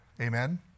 Amen